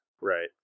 Right